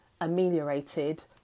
ameliorated